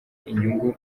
inyungu